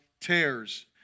tears